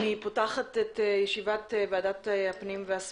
אני פותחת את ישיבת ועדת הפנים והגנת